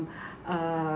uh